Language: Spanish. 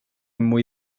muy